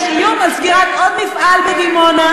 כשיש איום של סגירת עוד מפעל בדימונה,